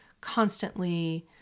constantly